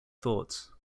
thoughts